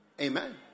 Amen